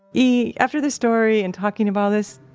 e, after this story and talking about this,